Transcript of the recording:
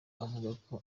avuga